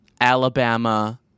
Alabama